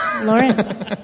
Lauren